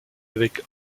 avec